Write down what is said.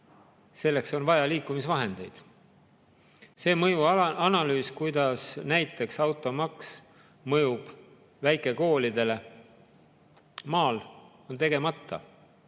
selleks on vaja liikumisvahendeid. See mõjuanalüüs, kuidas mõjub automaks näiteks väikekoolidele maal, on tegemata.